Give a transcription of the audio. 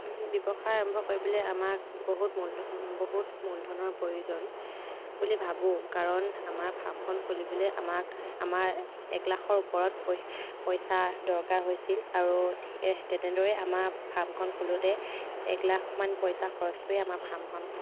ব্যৱসায় আৰম্ভ কৰিবলৈ আমাক বহুত মূল বহুত মূলধনৰ প্ৰয়োজন বুলি ভাবোঁ কাৰণ আমাৰ ফাৰ্মখন খুলিবলৈ আমাক আমাৰ এক লাখৰ ওপৰত পইচা দৰকাৰ হৈছিল আৰু তেনেদৰে আমাৰ ফাৰ্মখন খোলোঁতে এক লাখমান পইচা খৰচ কৰি আমাৰ ফাৰ্মখন